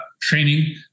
training